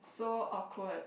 so awkward